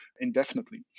indefinitely